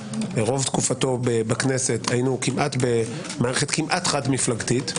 רוב תקופתו בכנסת היו במערכת כמעט חד מפלגתית,